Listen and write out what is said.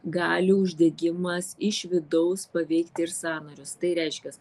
gali uždegimas iš vidaus paveikti ir sąnarius tai reiškias